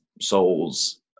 souls